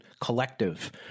collective